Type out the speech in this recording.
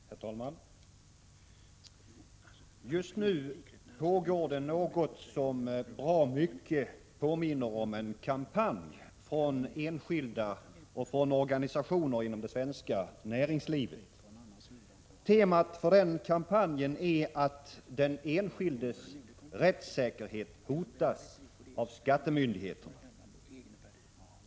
Herr talman! Just nu pågår något som bra mycket påminner om en kampanj från enskilda och organisationer inom det svenska näringslivet. Temat för kampanjen är att den enskildes rättssäkerhet hotas av skattemyndigheterna.